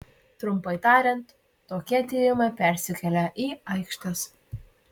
trumpai tariant tokie tyrimai persikelia į aikštes